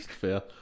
fair